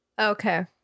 Okay